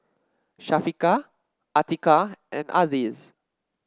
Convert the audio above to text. Syafiqah Atiqah and Aziz